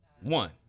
One